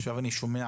עכשיו אני שומע